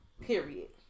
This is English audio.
Period